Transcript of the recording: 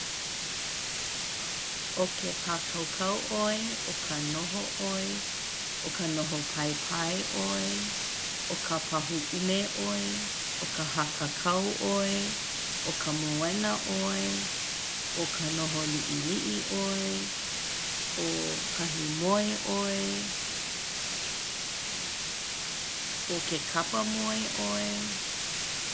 ʻO ke pākaukau ʻoe, ʻo ka noho ʻoe, ʻo ka noho paipai ʻoe, ʻo ka pahuʻume ʻoe, ʻo ka hakakau ʻoe, ʻo ka moena ʻoe, ʻo ka noho liʻiliʻi ʻoe, ʻo kahi moe ʻoe, ʻo ke kapa moe ʻoe.